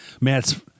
Matt's